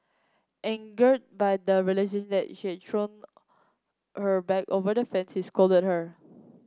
angered by the realisation that she had thrown her bag over the fence he scolded her